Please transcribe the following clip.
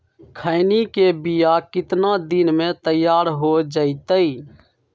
खैनी के बिया कितना दिन मे तैयार हो जताइए?